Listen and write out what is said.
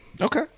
Okay